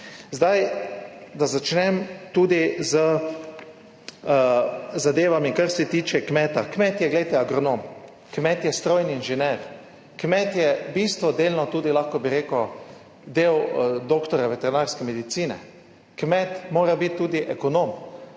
Zdaj, da začnem tudi z zadevami kar se tiče kmeta. Kmet je, glejte, agronom, kmet je strojni inženir, kmet je v bistvu delno, tudi lahko bi rekel, del doktorja veterinarske medicine, kmet mora biti tudi ekonom,